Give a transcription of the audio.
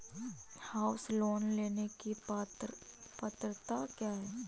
House loan लेने की पात्रता क्या है?